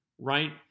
right